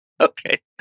Okay